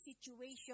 situation